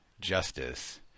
justice